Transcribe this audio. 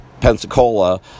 Pensacola